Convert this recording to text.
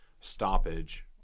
stoppage